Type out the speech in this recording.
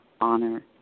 honor